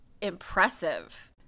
impressive